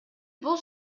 бул